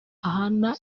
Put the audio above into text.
ahana